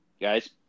Guys